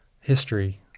history